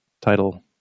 title